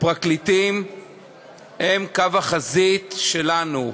הפרקליטים הם קו החזית שלנו.